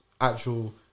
actual